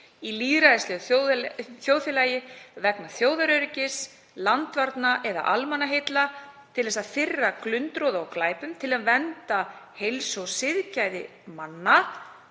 í lýðræðislegu þjóðfélagi vegna þjóðaröryggis, landvarna eða almannaheilla, til þess að firra glundroða eða glæpum, til verndar heilsu eða siðgæði manna,